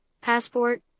passport